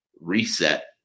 reset